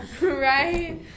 right